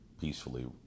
peacefully